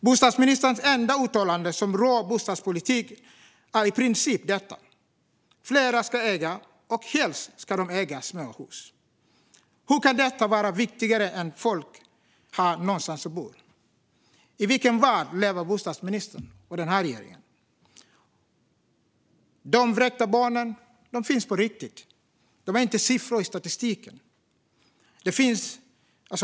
Bostadsministerns enda uttalande som rör bostadspolitik är i princip detta: Fler ska äga, och helst ska de äga småhus. Hur kan detta vara viktigare än att folk har nånstans att bo? I vilken värld lever bostadsministern och den här regeringen? De vräkta barnen finns på riktigt. De är inte siffror i statistiken.